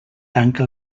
tanca